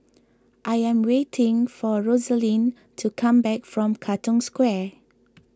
I am waiting for Rosaline to come back from Katong Square